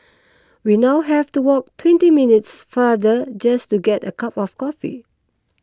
we now have to walk twenty minutes farther just to get a cup of coffee